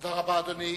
תודה רבה, אדוני.